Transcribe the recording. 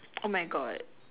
oh my god